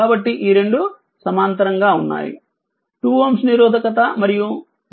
కాబట్టి ఈ రెండు సమాంతరంగా ఉన్నాయి 2Ω నిరోధకత మరియు 0